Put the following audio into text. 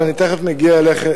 אבל אני תיכף מגיע אלייך,